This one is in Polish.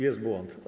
Jest błąd.